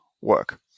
work